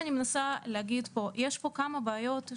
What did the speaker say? יש פה כמה בעיות.